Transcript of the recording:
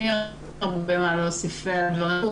הרבה מה להוסיף על הדברים.